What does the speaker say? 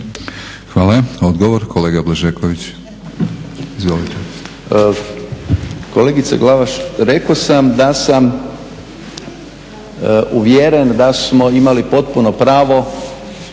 Hvala. Odgovor kolega Blažeković, izvolite. **Blažeković, Boris (HNS)** Kolegice Glavaš, rekao sam da sam uvjeren da smo imali potpuno pravo